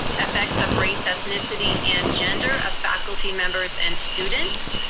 effects of race-ethnicity and gender of faculty members and students.